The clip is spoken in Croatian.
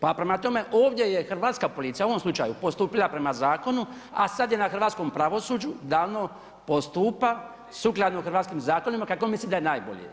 Pa prema tome ovdje je hrvatska policija, u ovom slučaju postupila po zakonu, a sad je na hrvatskom pravosuđu da ono postupa sukladno hrvatskim zakonima kako misli da je najbolje.